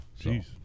Jeez